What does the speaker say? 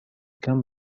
come